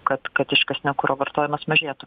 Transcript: kad kad iškastinio kuro vartojimas mažėtų